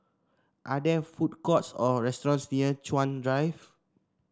are there food courts or restaurants near Chuan Drive